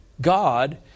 God